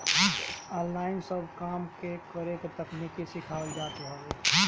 online सब काम के करे के तकनीकी सिखावल जात हवे